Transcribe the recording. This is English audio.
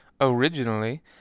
Originally